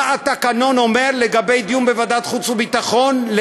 מה התקנון אומר לגבי דיון בוועדת החוץ והביטחון,